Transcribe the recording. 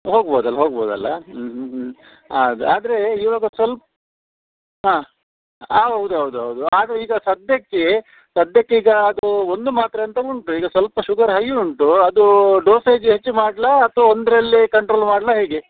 ಹೋಗ್ಬೋದಲ್ಲ ಹೋಗ್ಬೋದಲ್ವ ಊಂ ಹ್ಞೂ ಹ್ಞೂ ಅದು ಆದರೆ ಇವಾಗ ಸ್ವಲ್ಪ ಹಾಂ ಆಂ ಹೌದು ಹೌದು ಹೌದು ಆದರೆ ಈಗ ಸದ್ಯಕ್ಕೆ ಸದ್ಯಕ್ಕೆ ಈಗ ಅದು ಒಂದು ಮಾತ್ರೆ ಅಂತ ಉಂಟು ಈಗ ಸ್ವಲ್ಪ ಶುಗರ್ ಹೈ ಉಂಟು ಅದು ಡೋಸೇಜ್ ಹೆಚ್ಚು ಮಾಡಲಾ ಅಥವಾ ಒಂದರಲ್ಲೆ ಕಂಟ್ರೋಲ್ ಮಾಡ್ಲಾ ಹೇಗೆ